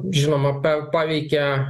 žinoma pa paveikia